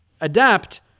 adapt